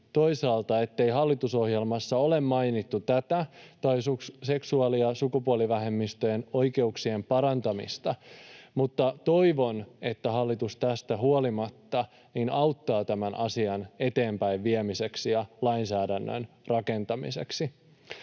toisaalta, ettei hallitusohjelmassa ole mainittu tätä tai seksuaali‑ ja sukupuolivähemmistöjen oikeuksien parantamista, mutta toivon, että hallitus tästä huolimatta auttaa tämän asian eteenpäinviemiseksi ja lainsäädännön rakentamiseksi.